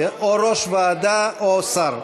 או יושב-ראש ועדה או שר.